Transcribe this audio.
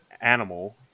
animal